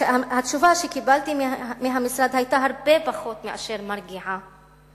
שהתשובה שקיבלתי מהמשרד היתה הרבה פחות מאשר מרגיעה.